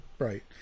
Right